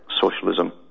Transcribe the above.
socialism